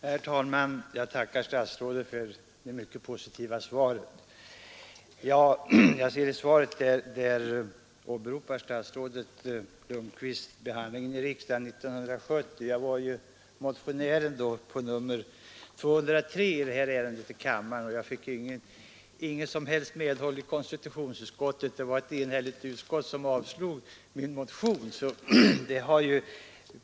Herr talman! Jag tackar statsrådet för det mycket positiva svaret. I sitt svar åberopar statsrådet Lundkvist behandlingen i riksdagen 1970, och jag var den gången motionär men fick inte något som helst medhåll av konstitutionsutskottet. Ett enhälligt utskott avstyrkte min motion nr 203.